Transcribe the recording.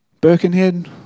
Birkenhead